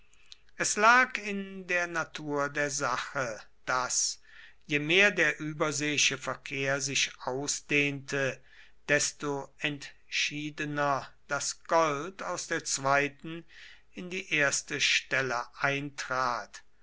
es lag in der natur der sache daß je mehr der überseeische verkehr sich ausdehnte desto entschiedener das gold aus der zweiten in die erste stelle eintrat